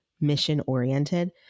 mission-oriented